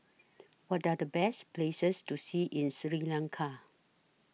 What Are The Best Places to See in Sri Lanka